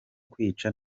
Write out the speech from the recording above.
kwica